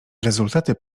rezultaty